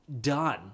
done